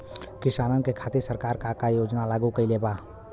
किसानन के खातिर सरकार का का योजना लागू कईले बा?